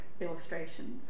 illustrations